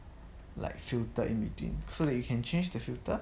like filter in between so that you can change the filter